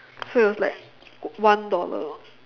so it was like one dollar